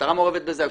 המשטרה מעורבת בזה.